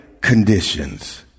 conditions